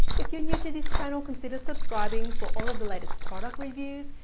if you're new to this channel, consider subscribing for all of the latest product reviews,